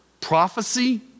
Prophecy